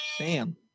Sam